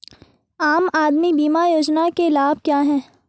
आम आदमी बीमा योजना के क्या लाभ हैं?